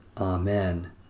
Amen